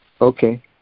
Okay